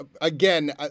again